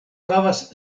havas